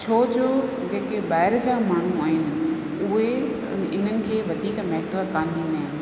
छोजो जेके ॿाहिरि जा माण्हू आहिनि उहे इन्हनि खे वधीक महत्वु कान ॾींदा आहिनि